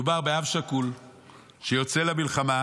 מדובר באב שכול שיוצא למלחמה,